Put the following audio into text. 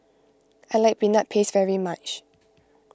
I like Peanut Paste very much